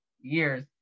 years